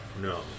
No